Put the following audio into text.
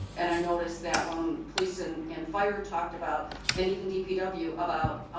and i noticed that one, policing and fire talked about and even dpw about,